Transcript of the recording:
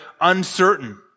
uncertain